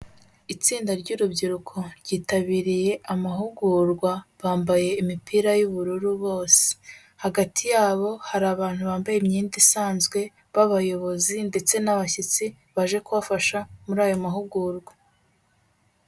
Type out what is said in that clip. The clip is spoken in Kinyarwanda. Itsinda ry'urubyiruko ryitabiriye amahugurwa, bambaye imipira y'ubururu bose, hagati yabo hari abantu bambaye imyenda isanzwe b'abayobozi ndetse n'abashyitsi baje kubafasha muri aya mahugurwa.